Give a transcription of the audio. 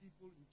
people